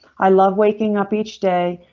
i love waking up each day.